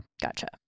gotcha